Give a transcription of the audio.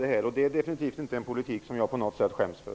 Det är en politik som jag definitivt inte skäms för.